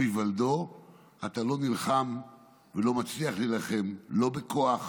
היוולדו אתה לא נלחם ולא מצליח להילחם לא בכוח,